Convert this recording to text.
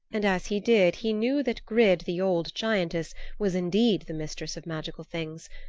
and as he did he knew that grid, the old giantess, was indeed the mistress of magical things.